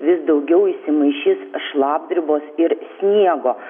vis daugiau įsimaišys šlapdribos ir sniego